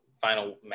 final